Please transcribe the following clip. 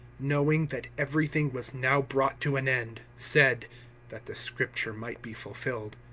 knowing that everything was now brought to an end, said that the scripture might be fulfilled,